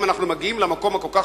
אם אנחנו מגיעים למקום הנמוך כל כך,